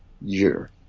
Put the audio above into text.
year